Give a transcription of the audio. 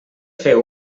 fer